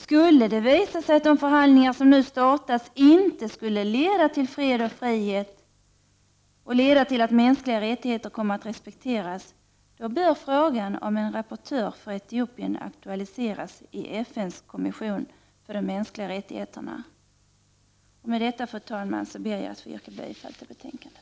Skulle det visa sig att de förhandlingar som nu startats inte skulle leda till fred och frihet och till att mänskliga rättigheter kommer att respekteras, då bör frågan om en rapportör för Etiopien aktualiseras i FN:s kommission för de mänskliga rättigheterna. Med det anförda, fru talman, ber jag att få yrka bifall till hemställan i betänkandet.